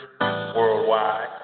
worldwide